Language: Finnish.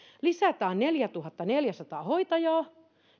lisätään neljätuhattaneljäsataa hoitajaa